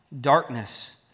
Darkness